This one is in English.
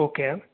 okay